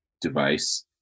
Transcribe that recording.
device